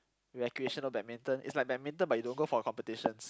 recreational badminton it's like badminton but you don't go for competitions